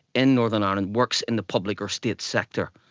in northern ireland works in the public or state sector.